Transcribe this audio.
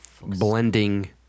blending